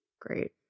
great